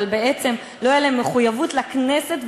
אבל בעצם לא תהיה להם מחויבות לכנסת,